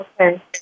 Okay